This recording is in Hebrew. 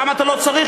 שם אתה לא צריך,